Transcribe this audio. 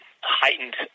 heightened